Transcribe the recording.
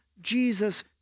Jesus